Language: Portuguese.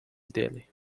dele